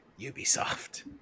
Ubisoft